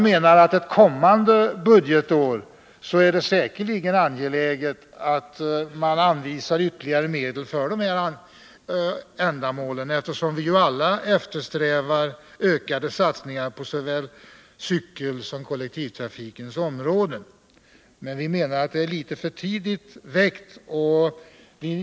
Under något kommande budgetår blir det säkerligen angeläget att ytterligare medel anvisas för dessa ändamål, eftersom vi ju alla eftersträvar ökade satsningar på såväl cykelsom kollektivtrafikens områden. Vi menar dock att frågan nu ärlitet för tidigt väckt.